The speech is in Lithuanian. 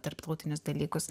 tarptautinius dalykus